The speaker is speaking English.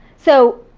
so,